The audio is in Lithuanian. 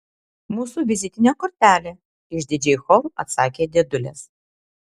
mūsų vizitinė kortelė išdidžiai choru atsakė dėdulės